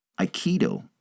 Aikido